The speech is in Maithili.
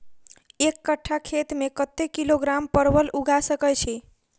एक कट्ठा खेत मे कत्ते किलोग्राम परवल उगा सकय की??